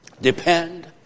depend